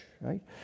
right